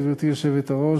גברתי היושבת-ראש,